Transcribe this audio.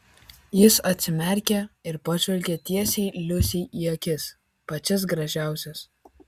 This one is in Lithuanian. jis atsimerkė ir pažvelgė tiesiai liusei į akis pačias gražiausias